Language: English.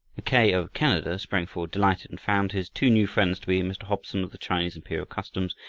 mackay of canada, sprang forward delighted, and found his two new friends to be mr. hobson of the chinese imperial customs,